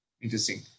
Interesting